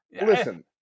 Listen